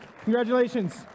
Congratulations